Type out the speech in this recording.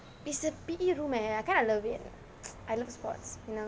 it's a P_E room leh I kind of love it